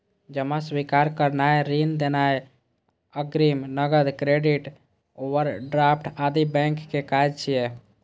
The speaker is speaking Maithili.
जमा स्वीकार करनाय, ऋण देनाय, अग्रिम, नकद, क्रेडिट, ओवरड्राफ्ट आदि बैंकक काज छियै